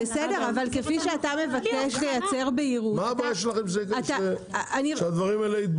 כפי שאתה מבקש לייצר בהירות --- מה הבעיה שלך שתבררו את הדברים האלה?